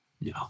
No